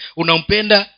unampenda